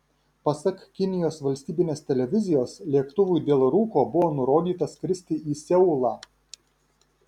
pasak kinijos valstybinės televizijos lėktuvui dėl rūko buvo nurodyta skristi į seulą